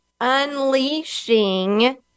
unleashing